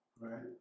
right